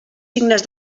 signes